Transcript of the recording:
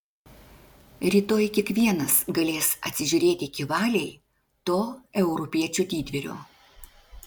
rytoj kiekvienas galės atsižiūrėti iki valiai to europiečio didvyrio